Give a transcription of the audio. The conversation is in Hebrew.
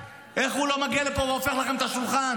איך הוא לא מגיע לפה והופך לכם את השולחן?